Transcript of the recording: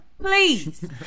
Please